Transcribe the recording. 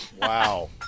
Wow